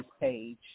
page